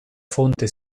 fonte